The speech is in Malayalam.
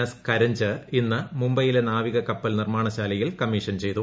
എസ് കരഞ്ച് ഇന്ന് മുംബൈയിലെ നാവിക കപ്പൽ നിർമ്മാണശാലയിൽ കമ്മീഷൻ ചെയ്തു